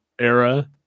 era